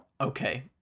Okay